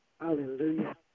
hallelujah